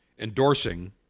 endorsing